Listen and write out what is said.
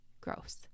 Gross